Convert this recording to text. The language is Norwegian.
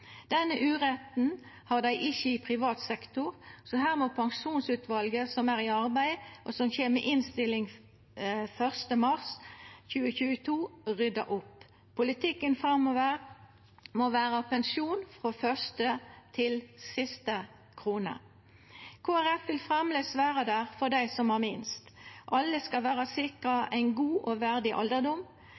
Denne uretten har dei ikkje i privat sektor, så her må pensjonsutvalet som er i arbeid, og som kjem med ei innstilling 1. mars 2022, rydda opp. Politikken framover må vera pensjon frå første til siste krone. Kristeleg Folkeparti vil framleis vera der for dei som har minst. Alle skal vera sikra ein god og verdig alderdom,